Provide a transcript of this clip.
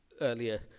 earlier